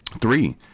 three